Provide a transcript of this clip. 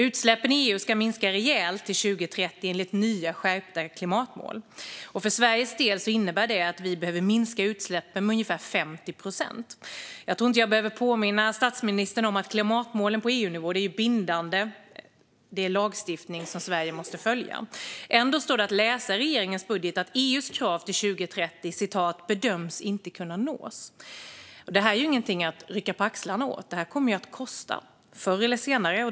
Utsläppen i EU ska minska rejält till 2030, enligt nya, skärpta klimatmål. För Sveriges del innebär det att vi behöver minska utsläppen med ungefär 50 procent. Jag tror inte att jag behöver påminna statsministern om att klimatmålen på EU-nivå är bindande. Det är lagstiftning som Sverige måste följa. Ändå står det att läsa i regeringens budget att EU:s krav till 2030 bedöms inte kunna nås. Det är ingenting att rycka på axlarna åt. Det kommer att kosta, förr eller senare.